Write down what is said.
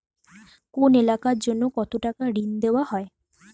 কোন এলাকার জন্য কত টাকা ঋণ দেয়া হয়?